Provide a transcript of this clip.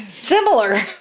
similar